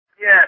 Yes